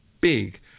big